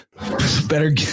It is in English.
Better